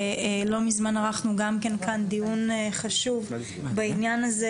לא מזמן ערכנו כאן דיון חשוב בעניין הזה,